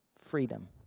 freedom